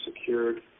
secured